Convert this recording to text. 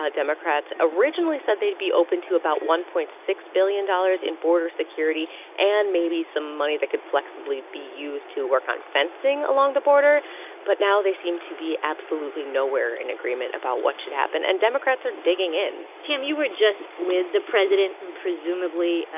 ah democrats originally said they'd be open to about one point six billion dollars in border security and maybe some money that could flexibly be used to work on fencing along the border but now they seem to be absolutely nowhere in agreement about what should happen. and democrats are digging in tam, you were just with the president. and, presumably,